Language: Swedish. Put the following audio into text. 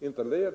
det